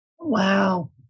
Wow